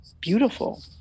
beautiful